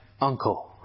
uncle